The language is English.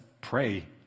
pray